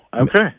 okay